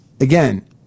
again